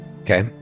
Okay